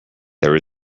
there